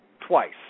twice